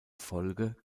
folge